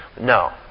No